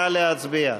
נא להצביע.